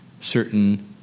certain